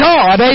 God